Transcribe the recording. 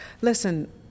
Listen